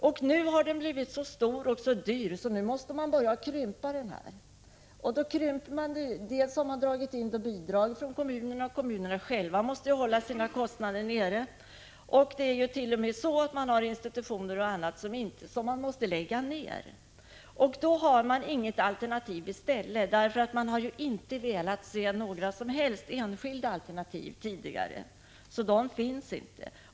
Nu har den offentliga sektorn blivit så stor och så dyr att man nu måste börja krympa den. Bidrag till kommunerna har dragits in, kommunerna måste själva hålla sina kostnader nere, och institutioner och annan verksamhet måste t.o.m. läggas ned. Till detta finns inget alternativ. Socialdemokraterna har ju inte velat se några som helst enskilda initiativ tidigare, så de finns inte.